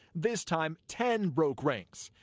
this time ten broke ranks.